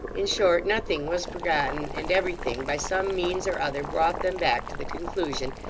in short, nothing was forgotten and everything by some means or other brought them back to the conclusion,